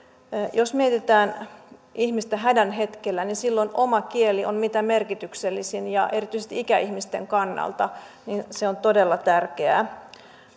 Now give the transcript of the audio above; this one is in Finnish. jos mietitään ihmistä hädän hetkellä niin silloin oma kieli on mitä merkityksellisin ja erityisesti ikäihmisten kannalta se on todella tärkeää